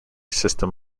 system